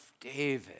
David